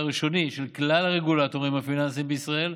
ראשוני של כלל הרגולטורים הפיננסיים בישראל,